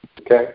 okay